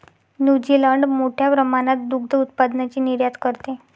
New Zealand मोठ्या प्रमाणात दुग्ध उत्पादनाची निर्यात करते